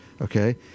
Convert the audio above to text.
Okay